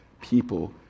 people